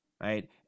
right